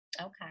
okay